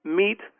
meet